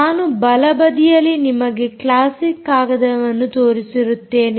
ನಾನು ಬಲ ಬದಿಯಲ್ಲಿ ನಿಮಗೆ ಕ್ಲಾಸಿಕ್ ಕಾಗದವನ್ನು ತೋರಿಸಿರುತ್ತೇನೆ